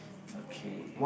okay